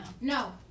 No